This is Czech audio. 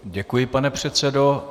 Děkuji, pane předsedo.